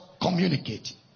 communicating